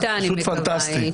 גם אתה, אני מקווה.